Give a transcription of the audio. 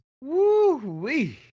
Woo-wee